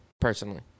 personally